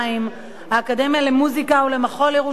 האקדמיה למוזיקה ולמחול ירושלים,